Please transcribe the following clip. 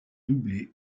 doublé